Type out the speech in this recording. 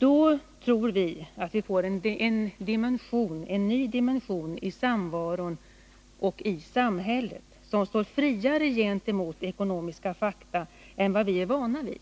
Då får vi en ny dimension i samvaron — i samhället — som står friare gentemot ekonomiska fakta än vad vi är vana vid